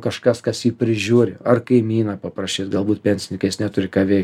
kažkas kas jį prižiūri ar kaimyną paprašyti galbūt pensininkas jis neturi ką veikt